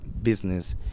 business